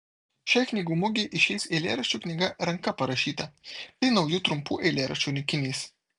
šiai knygų mugei išeis eilėraščių knyga ranka parašyta tai naujų trumpų eilėraščių rinkinys